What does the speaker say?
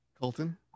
Colton